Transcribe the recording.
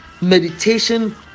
meditation